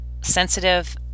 sensitive